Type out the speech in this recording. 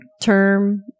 term